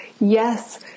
yes